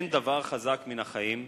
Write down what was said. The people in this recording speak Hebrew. אין דבר חזק מן החיים,